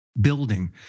building